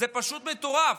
זה פשוט מטורף.